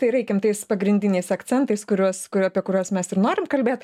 tai ir eikim tais pagrindiniais akcentais kuriuos kur apie kuriuos mes ir norim kalbėt